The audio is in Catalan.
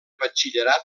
batxillerat